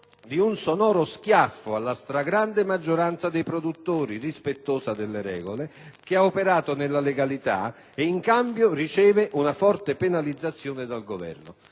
di un sonoro schiaffo alla stragrande maggioranza dei produttori, rispettosa delle regole, che ha operato nella legalità ed in cambio riceve una forte penalizzazione dal Governo.